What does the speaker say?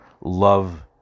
Love